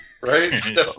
Right